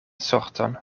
sorton